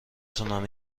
تونم